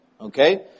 okay